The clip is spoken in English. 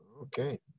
Okay